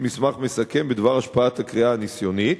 מסמך מסכם בדבר השפעת הכרייה הניסיונית,